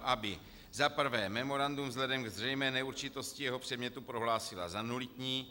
1. aby memorandum vzhledem k zřejmé neurčitosti jeho předmětu prohlásila za nulitní,